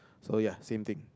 so ya same thing